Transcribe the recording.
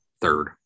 third